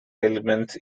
elements